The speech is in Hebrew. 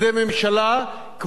כמו מדינת ישראל.